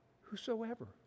whosoever